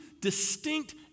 distinct